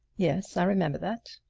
yes, i remember that.